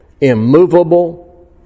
immovable